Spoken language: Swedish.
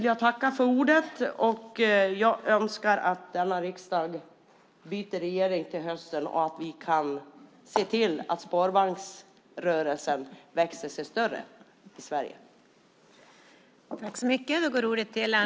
Jag tackar för ordet och önskar att vi byter regering till hösten så att vi kan se till att sparbanksrörelsen växer sig större i Sverige!